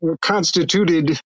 constituted